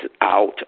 out